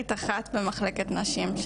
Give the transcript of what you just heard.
פסיכיאטרית אחת במחלקת נשים.